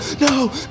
no